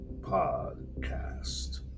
Podcast